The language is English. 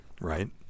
Right